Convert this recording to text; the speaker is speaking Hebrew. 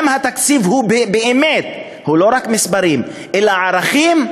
אם התקציב הוא באמת לא רק מספרים אלא ערכים,